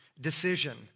decision